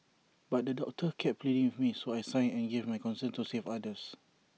but the doctor kept pleading with me so I signed and gave my consent to save others